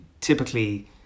typically